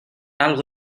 algo